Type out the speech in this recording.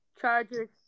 Chargers